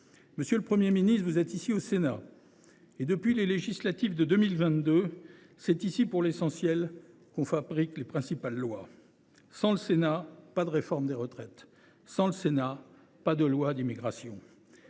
Monsieur le Premier ministre, vous êtes ici au Sénat. Depuis les élections législatives de 2022, c’est ici, pour l’essentiel, que l’on fabrique les principales lois. Sans le Sénat, pas de réforme des retraites ; sans le Sénat, pas de loi Immigration